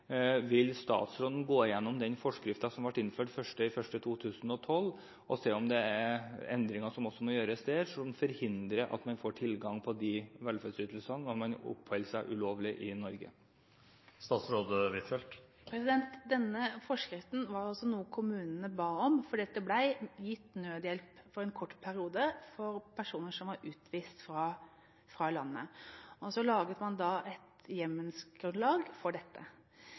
Vil statsråden gå igjennom den forskriften som ble innført 1. januar 2012 for å se om det er endringer som også må gjøres der, og som vil forhindre at man får tilgang på velferdsytelser når man oppholder seg ulovlig i Norge? Denne forskriften var noe kommunene ba om fordi det ble gitt nødhjelp for en kort periode for personer som var utvist fra landet. Så laget man et hjemmelsgrunnlag for dette.